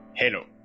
Hello